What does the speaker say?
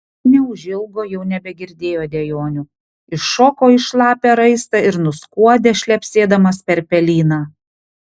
neužilgo jau nebegirdėjo dejonių iššoko į šlapią raistą ir nuskuodė šlepsėdamas per pelyną